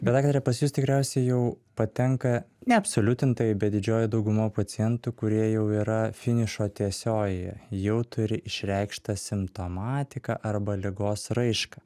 bet daktare pas jus tikriausiai jau patenka ne absoliutintai bet didžioji dauguma pacientų kurie jau yra finišo tiesiojoje jau turi išreikštą simptomatiką arba ligos raišką